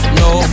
no